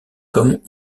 comme